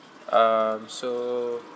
um so